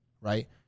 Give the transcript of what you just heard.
right